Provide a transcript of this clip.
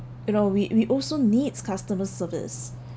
you know we we also needs customer service